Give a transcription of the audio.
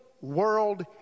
world